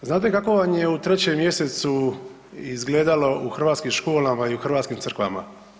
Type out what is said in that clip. Znate kako vam je u 3. mjesecu izgledalo u hrvatskim školama i u hrvatskim crkvama?